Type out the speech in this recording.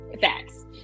facts